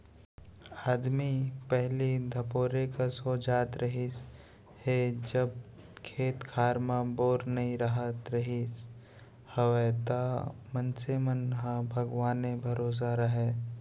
आदमी पहिली धपोरे कस हो जात रहिस हे जब खेत खार म बोर नइ राहत रिहिस हवय त मनसे मन ह भगवाने भरोसा राहय